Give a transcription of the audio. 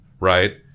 right